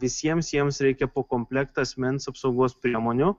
visiems jiems reikia po komplektą asmens apsaugos priemonių